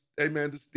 amen